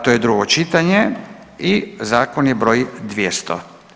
To je drugo čitanje i zakon je br. 200.